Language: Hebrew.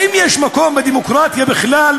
האם יש מקום בדמוקרטיה בכלל,